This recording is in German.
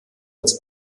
als